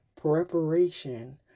preparation